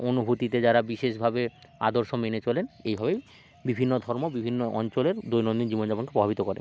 অনুভূতিতে যারা বিশেষভাবে আদর্শ মেনে চলেন এইভাবেই বিভিন্ন ধর্ম বিভিন্ন অঞ্চলের দৈনন্দিন জীবন যাপনকে প্রভাবিত করে